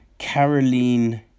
Caroline